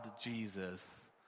Jesus